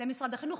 למשרד החינוך?